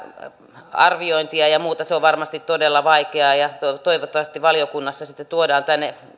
arviointia ja ja muuta se on varmasti todella vaikeaa toivottavasti valiokunnassa sitten tuodaan tänne